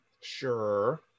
Sure